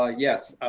ah yes,